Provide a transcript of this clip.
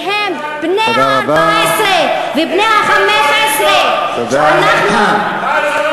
שהם, בני ה-14 ובני ה-15, מה זה?